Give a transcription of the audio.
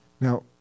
Now